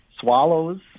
Swallows